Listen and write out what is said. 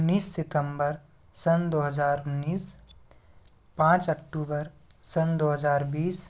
उन्नीस सितम्बर सन दो हज़ार उन्नीस पाँच अक्टूबर सन दो हज़ार बीस